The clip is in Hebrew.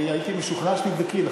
אז אולי, במקום לצעוק, אני אתן לך,